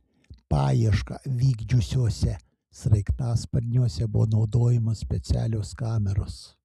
paiešką vykdžiusiuose sraigtasparniuose buvo naudojamos specialios kameros